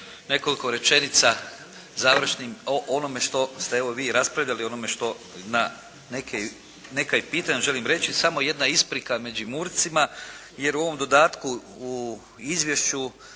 nekoliko rečenica završnih o onome što ste evo vi raspravljali, o onome što na neka pitanja želim reći. Samo jedna isprika Međimurcima, jer u ovom dodatku u izvješću